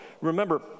Remember